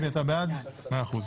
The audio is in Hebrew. מאה אחוז.